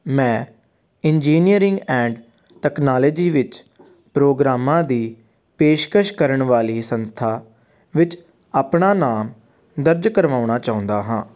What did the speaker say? ਮੈਂ engineering and technology ਵਿੱਚ ਪ੍ਰੋਗਰਾਮਾਂ ਦੀ ਪੇਸ਼ਕਸ਼ ਕਰਨ ਵਾਲੀ ਸੰਸਥਾ ਵਿੱਚ ਆਪਣਾ ਨਾਮ ਦਰਜ ਕਰਵਾਉਣਾ ਚਾਹੁੰਦਾ ਹਾਂ